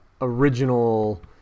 original